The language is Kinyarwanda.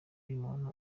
y’umuntu